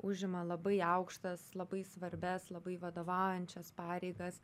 užima labai aukštas labai svarbias labai vadovaujančias pareigas